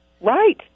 Right